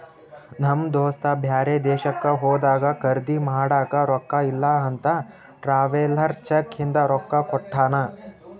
ನಮ್ ದೋಸ್ತ ಬ್ಯಾರೆ ದೇಶಕ್ಕ ಹೋದಾಗ ಖರ್ದಿ ಮಾಡಾಕ ರೊಕ್ಕಾ ಇಲ್ಲ ಅಂತ ಟ್ರಾವೆಲರ್ಸ್ ಚೆಕ್ ಇಂದ ರೊಕ್ಕಾ ಕೊಟ್ಟಾನ